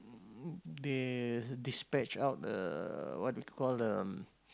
mm they dispatched out uh what you call the